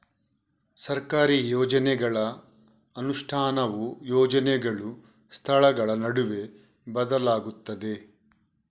ಸರ್ಕಾರಿ ಯೋಜನೆಗಳ ಅನುಷ್ಠಾನವು ಯೋಜನೆಗಳು, ಸ್ಥಳಗಳ ನಡುವೆ ಬದಲಾಗುತ್ತದೆ